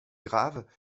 graves